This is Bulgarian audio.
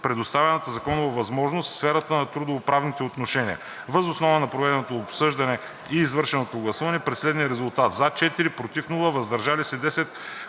предоставената законова възможност в сферата на трудовоправните отношения. Въз основа на проведеното обсъждане и извършеното гласуване при следните резултати: „за“ – 4, без „против“, „въздържал се“